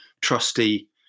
trusty